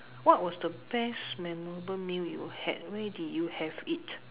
what was the best memorable meal you had where did you have it